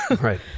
Right